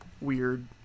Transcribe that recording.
weird